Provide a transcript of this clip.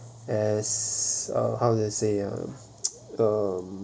as uh how to say ah uh